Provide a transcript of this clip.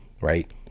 right